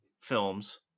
films